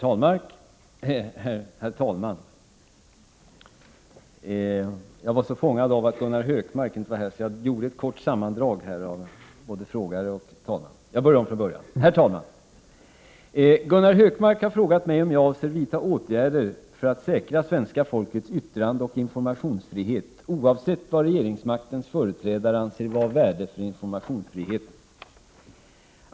Herr talman! Gunnar Hökmark har frågat mig om jag avser vidta åtgärder för att säkra svenska folkets yttrandeoch informationsfrihet oavsett vad regeringsmaktens företrädare anser vara av värde för informationsfriheten.